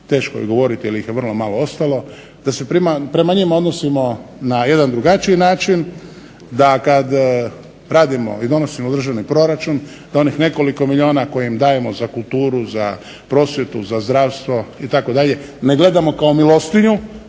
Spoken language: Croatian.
teško i govoriti jer ih je vrlo malo ostalo, da se prema njima odnosimo na jedan drugačiji način, da kad radimo i donosimo određeni proračun, da onih nekoliko milijuna koje im dajemo za kulturu, za prosvjetu, za zdravstvo itd. ne gledamo kao milostinju,